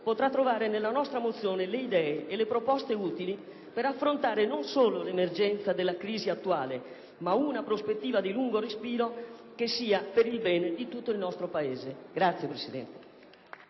potrà trovare nella nostra mozione le idee e le proposte utili per affrontare non solo l'emergenza della crisi attuale ma una prospettiva di lungo respiro che sia per il bene di tutto il nostro Paese. *(Applausi